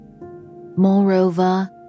Moreover